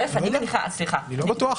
אני לא בטוח.